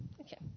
Okay